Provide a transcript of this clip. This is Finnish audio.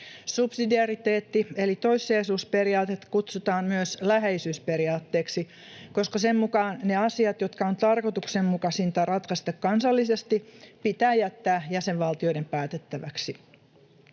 Subsidiariteetti- eli toissijaisuusperiaatetta kutsutaan myös läheisyysperiaatteeksi, koska sen mukaan ne asiat, jotka on tarkoituksenmukaisinta ratkaista kansallisesti, pitää jättää jäsenvaltioiden päätettäväksi.